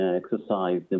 exercise